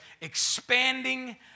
Expanding